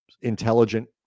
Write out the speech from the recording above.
intelligent